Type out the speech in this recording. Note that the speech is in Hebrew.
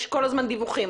יש כל הזמן דיווחים,